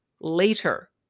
later